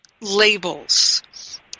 labels